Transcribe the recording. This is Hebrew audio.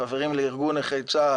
החברים בארגון נכי צה"ל,